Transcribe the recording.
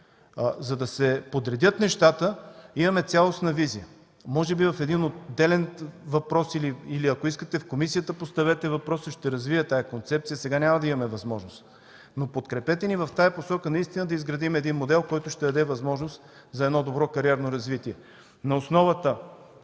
За да се подредят нещата, имаме цялостна визия. Може би в отделен въпрос, или ако искате поставете въпроса в комисията, ще развия тази концепция. Сега няма да имаме възможност. Подкрепете ни в тази посока. Нека да изградим модел, който ще даде възможност за едно добро кариерно развитие